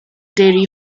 dairy